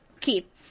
keep